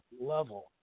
level